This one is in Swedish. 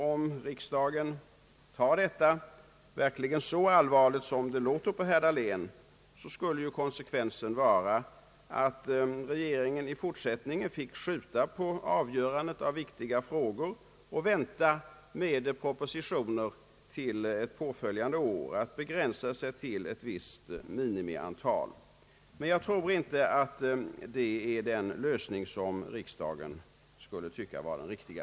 Om riksdagen verkligen tar detta så allvarligt som det låter på herr Dahlén, skulle konsekvensen vara att regeringen i fortsättningen fick skjuta på avgörandet av viktiga frågor och vänta med propositioner till påföljande år samt begränsa sig till ett visst minimiantal. Men jag tror inte att det är den lösning som riksdagen skulle tycka vara den riktiga.